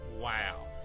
Wow